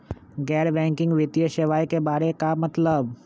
गैर बैंकिंग वित्तीय सेवाए के बारे का मतलब?